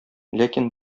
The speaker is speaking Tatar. ләкин